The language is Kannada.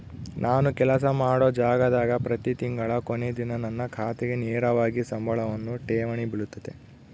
ನಾನು ಕೆಲಸ ಮಾಡೊ ಜಾಗದಾಗ ಪ್ರತಿ ತಿಂಗಳ ಕೊನೆ ದಿನ ನನ್ನ ಖಾತೆಗೆ ನೇರವಾಗಿ ಸಂಬಳವನ್ನು ಠೇವಣಿ ಬಿಳುತತೆ